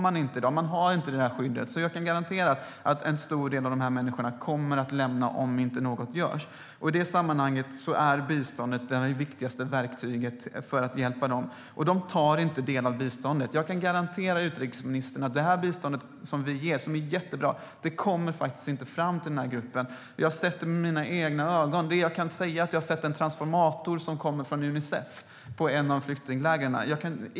Man har inte det skyddet i dag. Jag kan garantera att en stor del av dessa människor kommer att lämna Irak om inte något görs. I det sammanhanget är biståndet det viktigaste verktyget för att hjälpa dem. De kristna tar inte del av biståndet. Jag kan garantera utrikesministern att det bistånd som ges - och som är mycket bra - inte kommer fram till den gruppen. Jag har sett det med mina egna ögon. Det jag har sett är en transformator levererad av Unicef i ett av flyktinglägren.